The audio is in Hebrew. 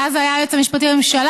אז הוא היה היועץ המשפטי לממשלה,